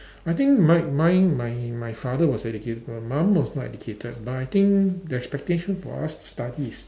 I think mine mine my my father was educated my mum was not educated but I think the expectation for us to study is